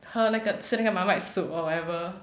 喝那个吃那个 marmite soup or whatever